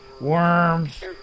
worms